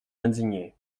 indigné